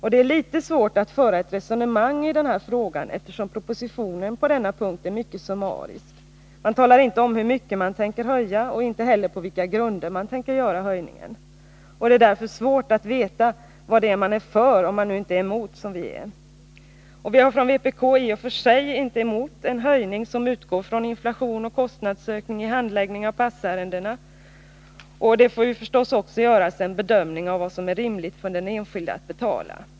Det är litet svårt att föra ett resonemang om den här frågan, eftersom propositionen på denna punkt är mycket Besparingar i summarisk. Man talar inte om hur mycket man tänker höja och inte heller på statsverksamheten, vilka grunder man tänker göra det. Det är därför svårt att veta vad det ärman —», m. är för, om man nu inte är emot, som vi är. Vi har från vpk i och för sig inte något emot en höjning som utgår från inflation och kostnadsökning i samband med handläggning av passärendena, även om vi anser att man också måste göra en bedömning av vad som är rimligt för den enskilde att betala.